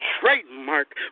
trademark